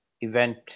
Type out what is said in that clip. event